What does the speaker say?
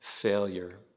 failure